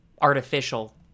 artificial